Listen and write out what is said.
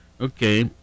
Okay